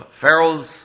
Pharaoh's